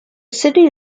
city